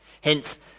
Hence